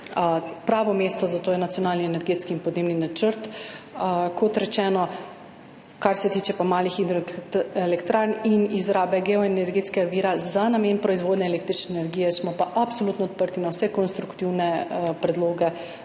Pravo mesto za to je nacionalni energetski in podnebni načrt, kot rečeno, kar se tiče pa malih hidroelektrarn in izrabe geoenergetskega vira za namen proizvodnje električne energije, smo pa absolutno odprti za vse konstruktivne predloge,